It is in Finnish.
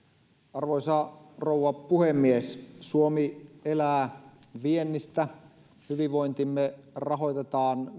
arvoisa rouva puhemies suomi elää viennistä hyvinvointimme rahoitetaan